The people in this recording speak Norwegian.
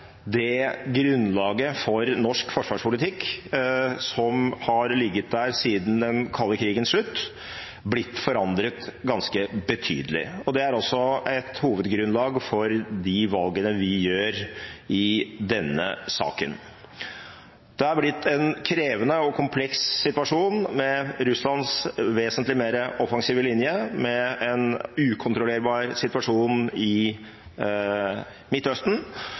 det grunnlaget for norsk forsvarspolitikk som har ligget der siden den kalde krigens slutt, blitt forandret ganske betydelig. Det er et hovedgrunnlag for de valgene vi gjør i denne saken. Det er blitt en krevende og kompleks situasjon med Russlands vesentlig mer offensive linje, med en ukontrollerbar situasjon i Midtøsten